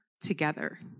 together